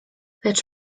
lecz